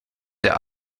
der